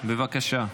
בבקשה.